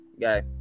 guy